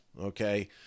Okay